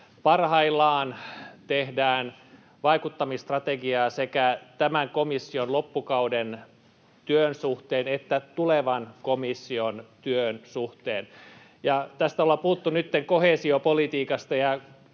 Parhaillaan tehdään vaikuttamisstrategiaa sekä tämän komission loppukauden työn suhteen että tulevan komission työn suhteen. Tästä koheesiopolitiikasta ollaan